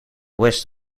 west